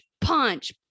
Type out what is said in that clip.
punch